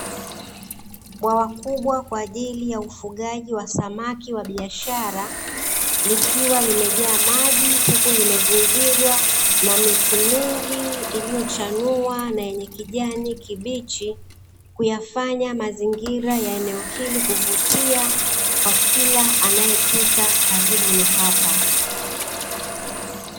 Bwawa kubwa kwa ajili ya ufugaji wa samaki wa biashara likiwa limejaa maji, huku limezingirwa na miti mingi iliyochanua na yenye kijani kibichi, kuyafanya mazingira ya eneo hili kuvutia kwa kila aneyepita karibu na hapa.